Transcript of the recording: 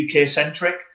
UK-centric